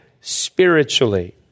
spiritually